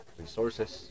resources